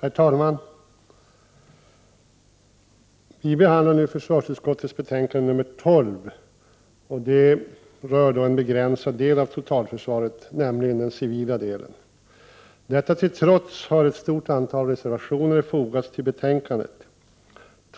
Herr talman! Vi behandlar nu försvarsutskottets betänkande 12 som berör en begränsad del av totalförsvaret, nämligen den civila delen. Detta till trots har ett stort antal reservationer fogats till betänkandet.